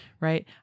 right